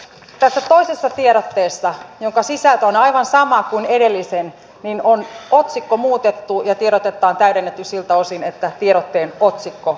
tässä toisessa tiedotteessa jonka sisältö on aivan sama kuin edellisen on otsikko muutettu ja tiedotetta on täydennetty siltä osin että tiedotteen otsikko on muutettu